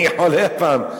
אני חולה הפעם.